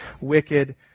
wicked